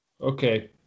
Okay